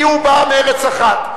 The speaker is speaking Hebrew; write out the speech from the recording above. כי הוא בא מארץ אחת,